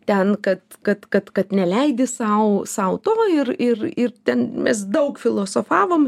ten kad kad kad kad neleidi sau sau to ir ir ir ten mes daug filosofavom